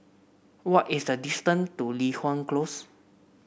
what is the distance to Li Hwan Close